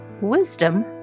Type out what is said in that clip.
Wisdom